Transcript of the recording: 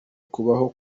kubaho